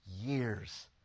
years